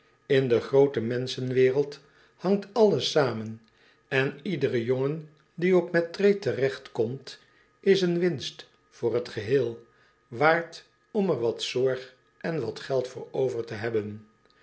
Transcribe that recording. in de groote menschenwereld hangt alles zamen en iedere jongen die op mettray teregt komt is een winst voor het geheel waard om er wat zorg en wat geld voor over te hebben